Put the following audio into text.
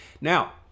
now